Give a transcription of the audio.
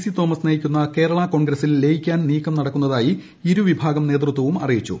C Thomas നയിക്കുന്ന കേരളാ കോൺഗ്രസിൽ ലയിക്കാൻ നീക്കം നടക്കുന്നതായി ഇരു വിഭാഗം നേതൃത്വവും അറിയിച്ചു